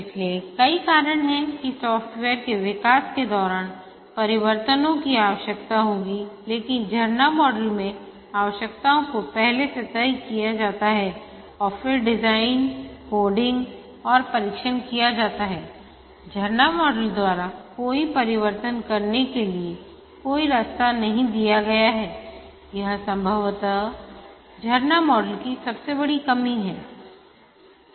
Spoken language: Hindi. इसलिए कई कारण हैं कि सॉफ्टवेयर के विकास के दौरान परिवर्तनों की आवश्यकता होगीलेकिन झरना मॉडल में आवश्यकताओं को पहले से तय किया जाता है और फिर डिजाइन कोडिंग और परीक्षण किया जाता है झरना मॉडल द्वारा कोई परिवर्तन करने के लिए कोई रास्ता नहीं दिया गया है यह संभवतः झरना मॉडल की सबसे बड़ी कमी है